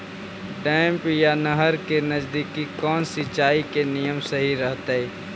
Dam या नहर के नजदीक कौन सिंचाई के नियम सही रहतैय?